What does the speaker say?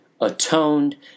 atoned